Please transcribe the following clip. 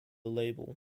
label